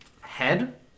head